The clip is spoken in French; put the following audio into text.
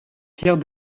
pierre